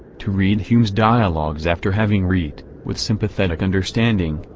to read hume's dialogues after having read, with sympathetic understanding,